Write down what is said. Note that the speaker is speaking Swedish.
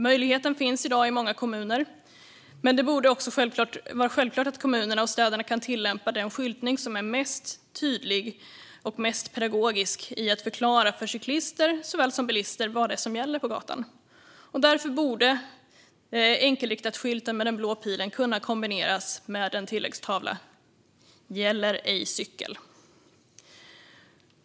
Möjligheten finns i dag i många kommuner, men det borde också vara självklart att kommunerna och städerna kan tillämpa den skyltning som mest tydligt och pedagogiskt förklarar för såväl cyklister som bilister vad som gäller på gatan. Därför borde enkelriktatskylten med den blå pilen kunna kombineras med en tilläggstavla: "Gäller ej cykel".